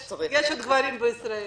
יש עוד גברים בישראל...